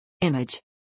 Image